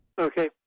Okay